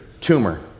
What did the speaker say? tumor